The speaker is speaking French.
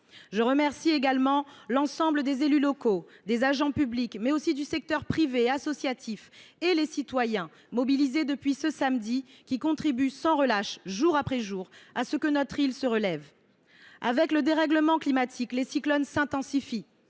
Je remercie également l’ensemble des élus locaux, des agents publics, mais aussi ceux du secteur privé et du secteur associatif, ainsi que les citoyens mobilisés depuis samedi, qui contribuent sans relâche, jour après jour pour, à ce que notre île se relève. Avec le dérèglement climatique, les cyclones s’intensifient